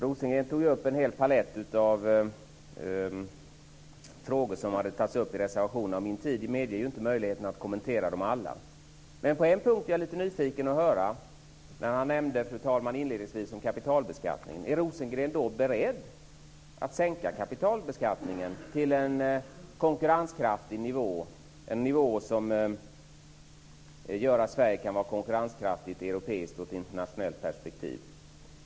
Rosengren tog upp en hel palett av frågor som hade tagits upp i reservationerna. Min tid ger mig inte möjlighet att kommentera dem alla. Men på en punkt är jag nyfiken. Rosengren nämnde inledningsvis kapitalbeskattningen. Är Rosengren beredd att sänka kapitalbeskattningen till en för Sverige konkurrenskraftig nivå i ett europeiskt och internationellt perspektiv?